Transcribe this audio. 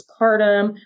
postpartum